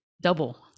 double